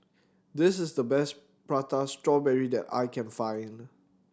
this is the best Prata Strawberry that I can find